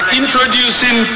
introducing